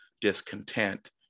discontent